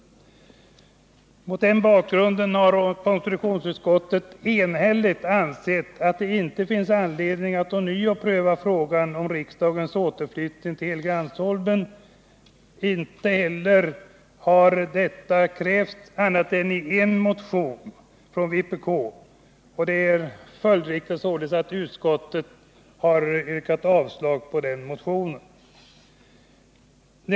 Mot denna bakgrund har konstitutionsutskottet enhälligt ansett att det inte finns anledning att ånyo pröva frågan om riksdagens återflyttning till Helgeandsholmen. Detta har inte heller krävts, annat än i en motion från vpk, och det är följdriktigt att utskottet har yrkat avslag på den motionen.